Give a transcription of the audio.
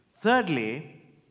Thirdly